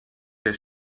der